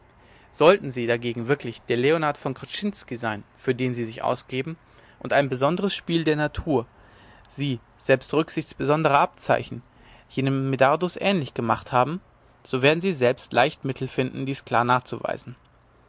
sollten sie dagegen wirklich der leonard von krczinski sein für den sie sich ausgeben und ein besonderes spiel der natur sie selbst rücksichts besonderer abzeichen jenem medardus ähnlich gemacht haben so werden sie selbst leicht mittel finden dies klar nachzuweisen